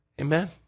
Amen